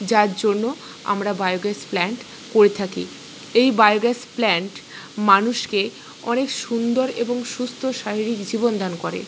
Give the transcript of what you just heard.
যার জন্য আমরা বায়োগ্যাস প্ল্যান্ট করে থাকি এই বায়োগ্যাস প্ল্যান্ট মানুষকে অনেক সুন্দর এবং সুস্থ শারীরিক জীবন দান করে